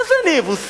מה זה "אני יבוסי"?